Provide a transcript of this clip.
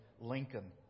Lincoln